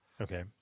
Okay